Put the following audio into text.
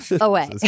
away